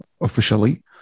officially